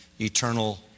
eternal